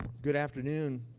good afternoon.